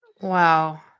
Wow